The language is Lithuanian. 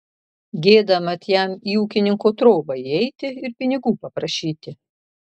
gėda mat jam į ūkininko trobą įeiti ir pinigų paprašyti